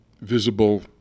visible